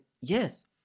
Yes